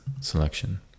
selection